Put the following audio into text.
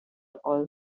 all